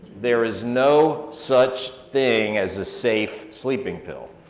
there is no such thing as a safe sleeping pill.